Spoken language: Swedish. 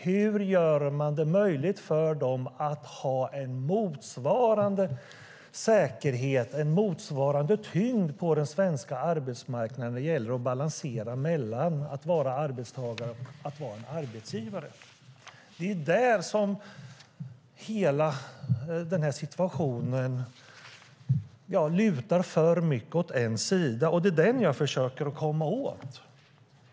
Hur gör man det möjligt för dem att ha en motsvarande säkerhet, en motsvarande tyngd, på den svenska arbetsmarknaden beträffande balanseringen mellan att vara arbetstagare och arbetsgivare? Där lutar hela situationen för mycket åt ena sidan, och det är det jag försöker komma åt.